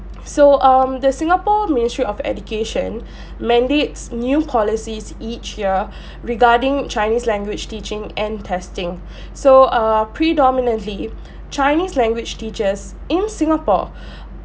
so um the singapore ministry of education mandates new policies each year regarding chinese language teaching and testing so err predominantly chinese language teachers in singapore